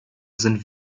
sind